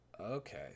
okay